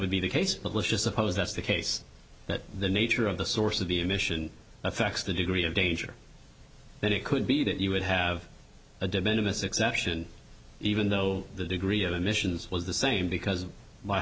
would be the case but let's just suppose that's the case that the nature of the source of the emission affects the degree of danger that it could be that you would have a demand of a succession even though the degree of emissions was the same because